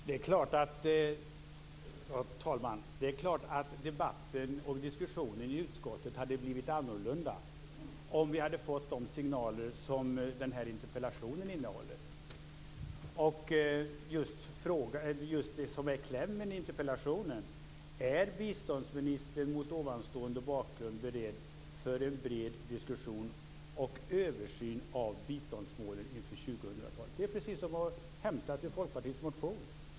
Fru talman! Det är klart att debatten och diskussionen i utskottet hade blivit annorlunda om vi hade fått de signaler som den här interpellationen innehåller. Följande är så att säga klämmen i interpellationen: "Är biståndsministern mot ovanstående bakgrund beredd till en bred diskussion och översyn om biståndsmålen inför 2000-talet?" Det är precis som om det vore hämtat ur Folkpartiets motion!